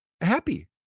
happy